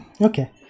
Okay